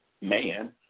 man